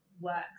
works